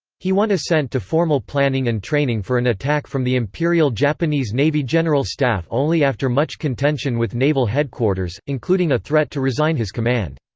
he won assent to formal planning and training for an attack from the imperial japanese navy general staff only after much contention with naval headquarters, including a threat to resign his command.